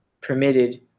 permitted